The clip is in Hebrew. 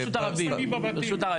ברשות הרבים.